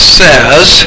says